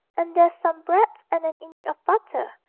and there's some bread and an inch of butter,